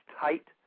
tight